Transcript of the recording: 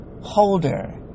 holder